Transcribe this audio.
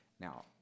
Now